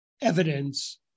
evidence